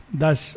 Thus